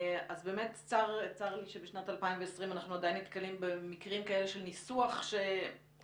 צר לי שבשנת 2020 אנחנו עדיין נתקלים במקרים כאלה של ניסוח מדיר